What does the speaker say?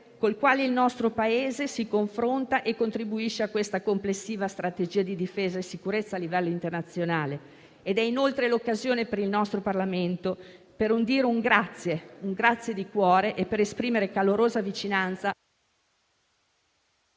col quale il nostro Paese si confronta e contribuisce a questa complessiva strategia di difesa e sicurezza a livello internazionale, inoltre è l'occasione per il nostro Parlamento per ringraziare di cuore e per esprimere calorosa vicinanza